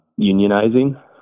unionizing